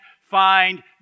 find